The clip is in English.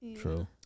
true